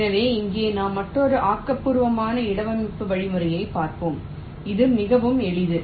எனவே இங்கே நாம் மற்றொரு ஆக்கபூர்வமான இடவமைவு வழிமுறையைப் பார்க்கிறோம் இது மிகவும் எளிது